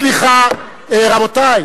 סליחה, רבותי.